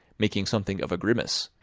making something of a grimace,